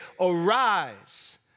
arise